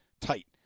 tight